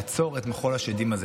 לעצור את מחול השדים הזה.